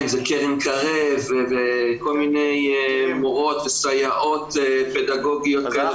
אם זה קרן קרב וכל מיני מורות וסייעות פדגוגיות כאלה